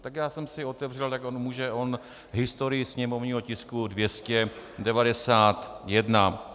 Tak já jsem si otevřel, jako může on, historii sněmovního tisku 291.